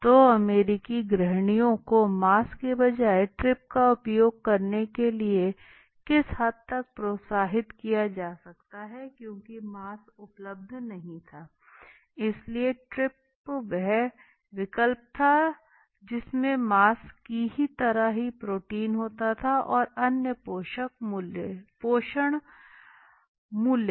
तो अमेरिकी गृहिणियों को मांस के बजाय ट्रिप का उपयोग करने के लिए किस हद तक प्रोत्साहित किया जा सकता है क्यूंकि मांस उपलब्ध नहीं था इसलिए ट्रिप वह विकल्प था जिसमें मांस की ही तरह ही प्रोटीन और अन्य पोषण मूल्य था